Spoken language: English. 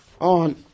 on